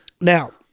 Now